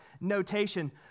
notation